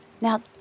Now